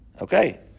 Okay